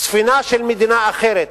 ספינה של מדינה אחרת.